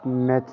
math